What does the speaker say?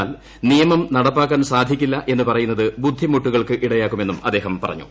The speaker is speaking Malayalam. എന്നാൽ നിയമം നടപ്പാക്കാൻ സൌദ്ധിക്കില്ല എന്ന് പറയുന്നത് ബുദ്ധിമുട്ടുകൾക്കിടയാക്കുമെന്നും അദ്ദേഹ്ം പറഞ്ഞു